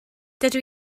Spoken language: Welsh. dydw